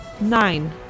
Nine